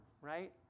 right